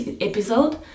episode